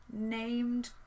named